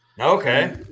Okay